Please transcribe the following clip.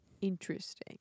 Interesting